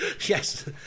Yes